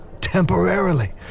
temporarily